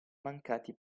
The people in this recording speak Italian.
mancati